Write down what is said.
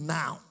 now